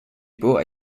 bought